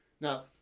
Now